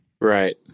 right